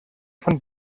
von